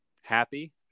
happy